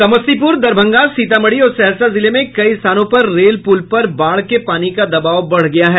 समस्तीपुर दरभंगा सीतामढ़ी और सहरसा जिले में कई स्थानों पर रेल पुल पर बाढ़ के पानी का दबाव बढ़ गया है